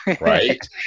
Right